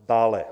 Dále.